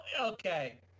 okay